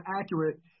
accurate